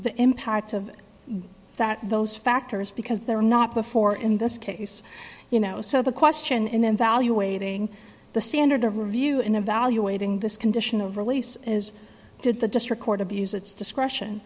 the impact of that those factors because they're not before in this case you know so the question in valuating the standard of review in evaluating this condition of release is did the district court abuse its discretion